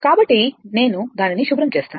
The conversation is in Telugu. కాబట్టి నేను దానిని శుభ్రం చేస్తాను